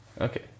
Okay